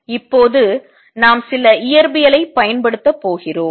இப்போது நாம் சில இயற்பியலை பயன்படுத்த போகிறோம்